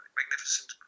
magnificent